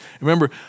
Remember